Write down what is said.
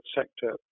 sector